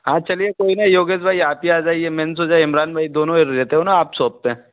हाँ चलिए कोई नहीं योगेश भाई आप ही आ जाइए मैंने सोचा इमरान भाई दोनों ये रहते हो ना आप शौप पर